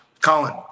Colin